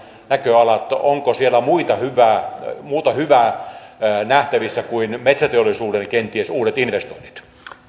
näköalan onko siellä muuta hyvää nähtävissä kuin kenties metsäteollisuuden uudet investoinnit